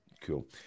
Cool